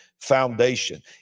foundation